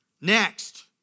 Next